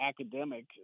academic